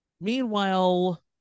Meanwhile